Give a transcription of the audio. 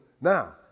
now